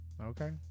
Okay